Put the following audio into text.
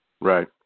Right